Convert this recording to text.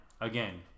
again